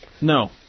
No